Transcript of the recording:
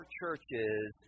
churches